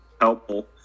helpful